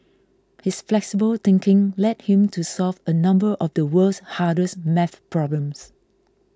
his flexible thinking led him to solve a number of the world's hardest math problems